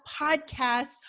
podcasts